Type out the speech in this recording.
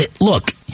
look